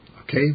Okay